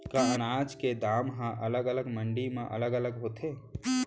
का अनाज के दाम हा अलग अलग मंडी म अलग अलग होथे?